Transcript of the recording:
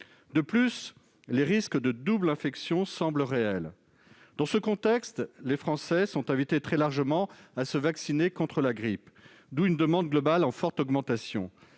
De plus, les risques de double infection semblent réels. Dans ce contexte, les Français sont très largement invités à se vacciner contre la grippe. Il en résulte une demande globale en forte augmentation.